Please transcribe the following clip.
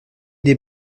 des